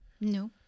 No